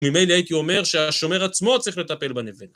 ממילא הייתי אומר שהשומר עצמו צריך לטפל בנבט.